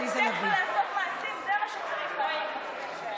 צריך לעשות מעשים, זה מה שצריך לעשות.